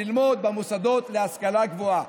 ללמוד במוסדות להשכלה גבוהה.